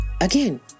again